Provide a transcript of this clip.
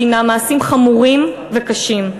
שהנם מעשים חמורים וקשים.